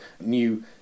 new